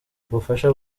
ubufasha